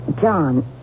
John